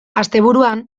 asteburuan